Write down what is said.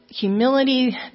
humility